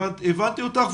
הבנתי אותך,